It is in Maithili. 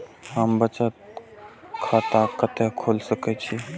हम बचत खाता कते खोल सके छी?